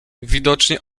widocznie